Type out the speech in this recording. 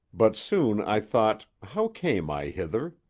but soon i thought, how came i hither?